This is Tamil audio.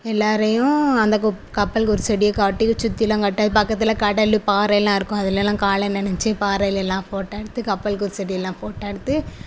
எல்லாரையும் அந்த கு கப்பல் குருசடியை காட்டி சுற்றிலாம் காட்டி அது பக்கத்தில் கடல்லு பாறயெல்லாம் இருக்கும் அதிலலாம் காலை நனச்சி பாறையிலலாம் ஃபோட்டா எடுத்து கப்பல் குருசடியெலாம் ஃபோட்டா எடுத்து